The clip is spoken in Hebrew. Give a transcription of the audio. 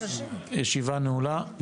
הישיבה נעולה,